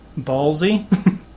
ballsy